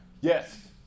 Yes